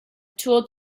tool